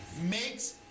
makes